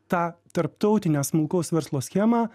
tą tarptautinę smulkaus verslo schemą